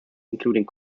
including